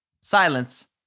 silence